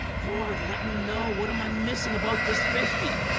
lord let me know what am i missing about this fifty